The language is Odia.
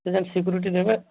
ସେ ଯାଇ ସିକ୍ୟୁରିଟି ଦେବେ